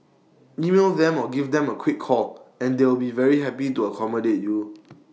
email them or give them A quick call and they will be very happy to accommodate you